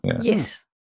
Yes